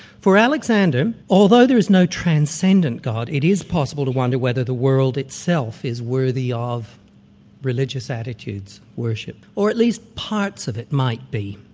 for alexander, although there is no transcendent god, it is possible to wonder whether the world itself is worthy of religious attitudes, worship, or at least parts of it might be.